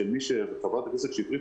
חברת הכנסת שטרית,